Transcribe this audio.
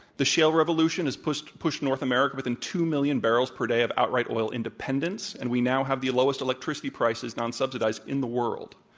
the shale revolution has pushed pushed north america within two million barrels per day of outright oil independence. and we now have the lowest electricity prices, nonsubsidized in the world.